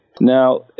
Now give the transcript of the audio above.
now